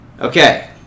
Okay